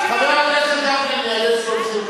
חבר הכנסת גפני, אני קורא לך לסדר פעם ראשונה.